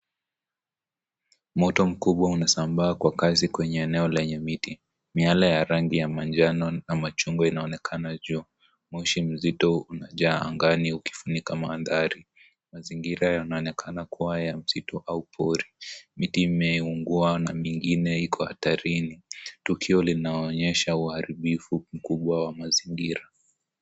Moto mkubwa unasambaa kwa kasi kwenye eneo lenye miti. Miale ya rangi ya manjano na machungwa inaonekana juu. Moshi mzito unajaa angani ukifunika mandhari. Mazingira yanaonekana kuwa ya msitu au pori. Miti imeungua na mingine iko hatarini. Tukio linaonyesha uharibifu mkubwa wa mazingira.